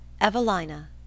Evelina